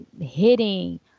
hitting